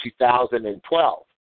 2012